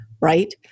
right